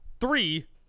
Three